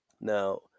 Now